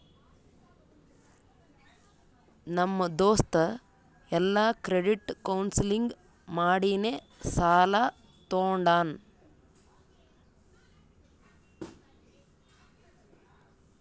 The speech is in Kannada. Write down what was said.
ನಮ್ ದೋಸ್ತ ಎಲ್ಲಾ ಕ್ರೆಡಿಟ್ ಕೌನ್ಸಲಿಂಗ್ ಮಾಡಿನೇ ಸಾಲಾ ತೊಂಡಾನ